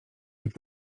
jak